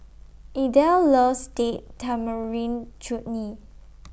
Idell loves Date Tamarind Chutney